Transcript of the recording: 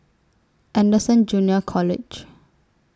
Anderson Junior College